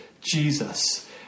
Jesus